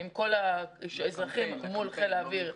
עם כל האזרחים מול חיל האוויר.